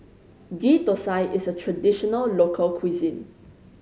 Ghee Thosai is a traditional local cuisine